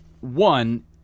One